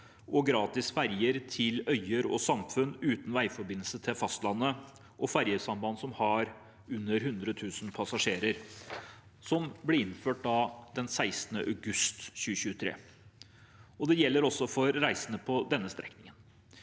og gratis ferjer til øyer og samfunn uten veiforbindelse til fastlandet og ferjesamband som har under 100 000 passasjerer, som ble innført 16. august 2023. Det gjelder også for andre reisende på denne strekningen.